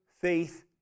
faith